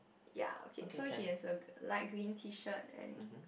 ya okay so he has a light green tee shirt and